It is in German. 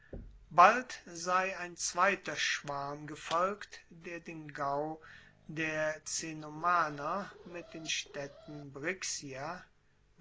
bald sei ein zweiter schwarm gefolgt der den gau der cenomaner mit den staedten brixia